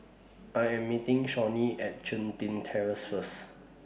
I Am meeting Shawnee At Chun Tin Terrace First